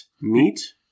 meat